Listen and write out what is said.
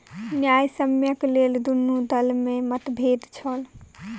न्यायसम्यक लेल दुनू दल में मतभेद छल